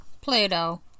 Play-Doh